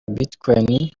bitcoins